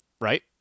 right